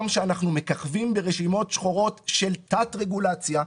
שאנחנו מככבים ברשימות שחורות של תת רגולציה,